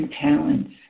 talents